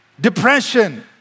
depression